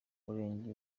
murenge